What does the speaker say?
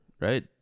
right